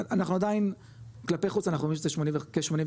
אנחנו עדיין כלפי חוץ רואים שזה כ-85%.